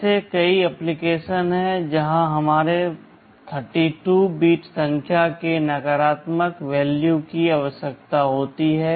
ऐसे कई ऍप्लिकेशन्स हैं जहां हमारे 32 बिट संख्या के नकारात्मक मान की आवश्यकता होती है